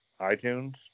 iTunes